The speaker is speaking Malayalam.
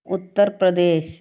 ഉത്തര്പ്രദേശ്